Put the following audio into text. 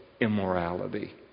immorality